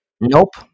Nope